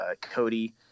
Cody